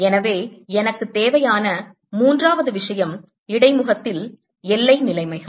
எனவே எனக்கு தேவையான மூன்றாவது விஷயம் இடைமுகத்தில் எல்லை நிலைமைகள்